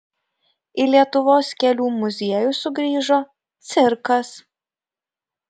į lietuvos kelių muziejų sugrįžo cirkas